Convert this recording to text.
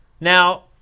Now